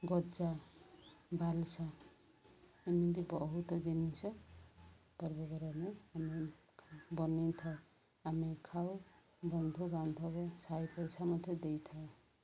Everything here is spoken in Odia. ଗଜା ବାରିସା ଏମିତି ବହୁତ ଜିନିଷ ପର୍ବପର୍ବାଣି ଆମେ ବନେଇ ଥାଉ ଆମେ ଖାଉ ବନ୍ଧୁବାନ୍ଧବ ସାଇ ଡ଼ିସା ମଧ୍ୟ ଦେଇଥାଉ